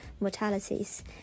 mortalities